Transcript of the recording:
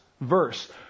verse